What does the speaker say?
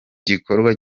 gikorwa